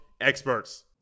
experts